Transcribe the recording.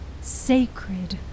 sacred